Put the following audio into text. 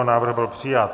Návrh byl přijat.